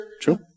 true